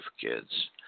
kids